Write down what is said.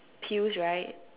pills right